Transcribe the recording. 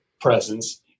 presence